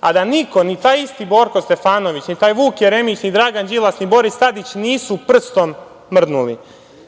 a da niko, ni taj isti Borko Stefanović, ni taj Vuk Jeremić, ni Dragan Đilas, ni Boris Tadić, nisu prstom mrdnuli. Ja